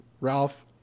Ralph